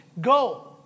go